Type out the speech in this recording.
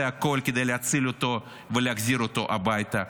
הכול כדי להציל אותו ולהחזיר אותו הביתה.